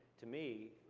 to me,